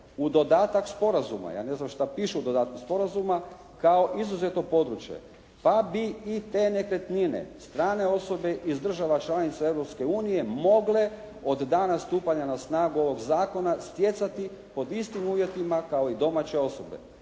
u dodatak sporazuma, ja ne znam što piše u dodatku sporazuma kao izuzetno područje pa bi i te nekretnine strane osobe iz država članica Europske unije mogle od dana stupanja na snagu ovog zakona stjecati pod istim uvjetima kao i domaće osobe.